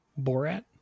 Borat